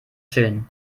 chillen